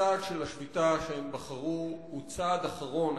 הצעד של השביתה שהם בחרו הוא צעד אחרון.